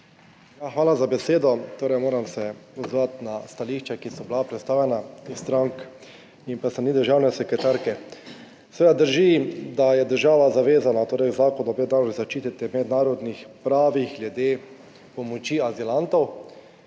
hvala za besedo. Torej, moram se odzvati na stališča, ki so bila predstavljena iz strank in pa s strani državne sekretarke. Seveda drži, da je država zavezana, torej Zakon o mednarodni zaščiti v mednarodnih pravih glede pomoči azilantov,